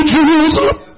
Jerusalem